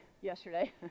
yesterday